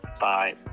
Bye